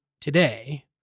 today